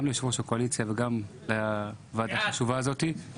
גם יו"ר הקואליציה וגם יו"ר הוועדה החשובה הזאת.